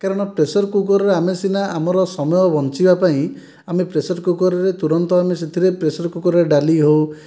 କାରଣ ପ୍ରେସର୍କୁକର୍ରେ ଆମେ ସିନା ଆମର ସମୟ ବଞ୍ଚିବା ପାଇଁ ଆମେ ପ୍ରେସର୍କୁକର୍ରେ ତୁରନ୍ତ ଆମେ ସେଥିରେ ପ୍ରେସର୍କୁକର୍ରେ ଡାଲି ହେଉ